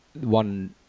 one